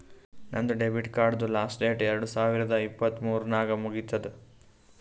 ನಂದ್ ಡೆಬಿಟ್ ಕಾರ್ಡ್ದು last date ಎರಡು ಸಾವಿರದ ಇಪ್ಪತ್ ಮೂರ್ ನಾಗ್ ಮುಗಿತ್ತುದ್